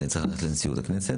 כי אני צריך ללכת לנציבות הכנסת.